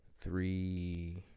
three